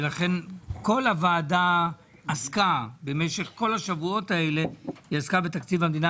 ולכן כל הוועדה עסקה במשך כל השבועות האלה היא עסקה בתקציב המדינה.